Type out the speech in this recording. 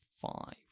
five